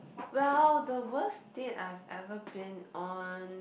well the worst date I have ever been on